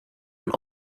een